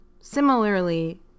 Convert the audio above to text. similarly